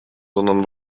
sondern